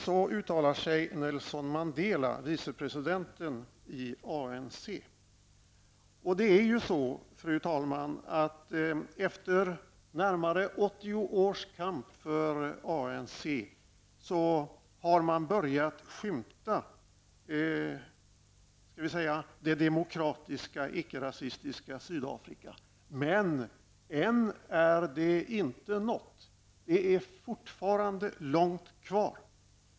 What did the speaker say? Så uttalar sig Nelson Efter närmare 80 års kamp inom ANC har man börjat skymta det demokratiska icke-rasistiska Sydafrika. Men än är detta inte uppnått; det är fortfarande långt kvar.